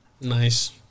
Nice